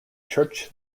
church